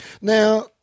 Now